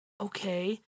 Okay